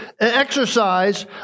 exercise